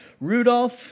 Rudolf